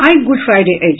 आई Good Friday अछि